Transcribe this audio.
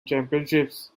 championships